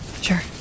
sure